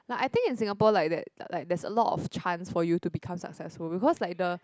like I think in Singapore like that like there's a lot of chance for you to become successful because like the